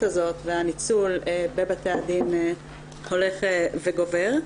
הזאת והניצול בבתי הדין הולך וגובר.